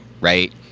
right